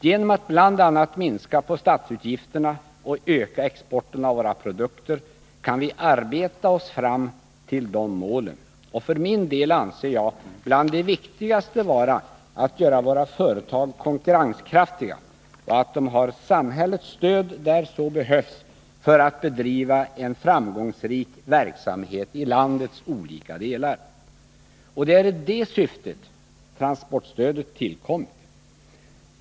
Genom att bl.a. minska på statsutgifterna och öka exporten av våra produkter, kan vi arbeta oss fram till de målen. För min del anser jag att det är bland det viktigaste att göra våra företag konkurrenskraftiga och att de har samhällets stöd där så behövs för att bedriva en framgångsrik verksamhet i landets olika delar. Och det är i det syftet transportstödet tillkommit.